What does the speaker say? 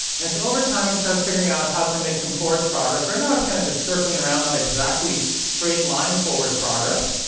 and so over time, it starts figuring out how to make some forward progress. right now, it's kind of just circling around, not exactly straight line forward progress.